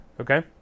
okay